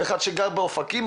אחד שגר באופקים,